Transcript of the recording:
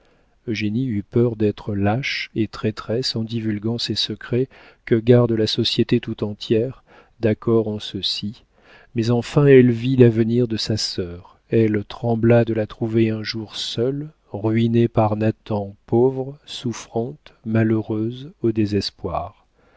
eugénie eut peur d'être lâche et traîtresse en divulguant ces secrets que garde la société tout entière d'accord en ceci mais enfin elle vit l'avenir de sa sœur elle trembla de la trouver un jour seule ruinée par nathan pauvre souffrante malheureuse au désespoir